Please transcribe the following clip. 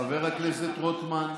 חבר הכנסת רוטמן,